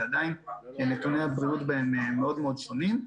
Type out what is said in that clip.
ועדיין נתוני הבריאות בהם מאוד שונים.